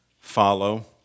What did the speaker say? follow